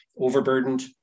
overburdened